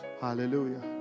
hallelujah